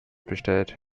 bestellt